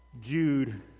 Jude